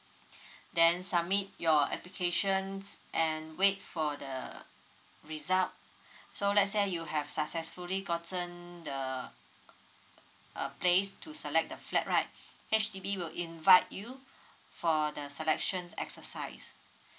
then submit your applications and wait for the result so let's say ah you have successfully gotten the uh a place to select the flat right H_D_B will invite you for the selection exercise